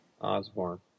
Osborne